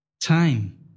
Time